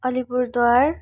Alipurduar